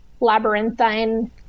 labyrinthine